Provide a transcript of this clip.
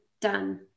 done